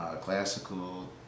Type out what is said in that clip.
classical